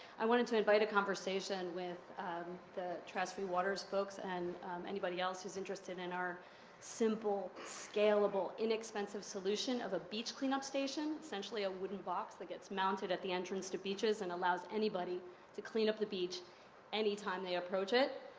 i wanted to invite a conversation with um trash free waters folks and anybody else who is interested in our simple, scalable, inexpensive solution of a beach cleanup station, essentially a wooden box that gets mounted at the entrance to beaches and allows anybody to clean up the beach any time they approach it.